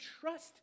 trust